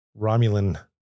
Romulan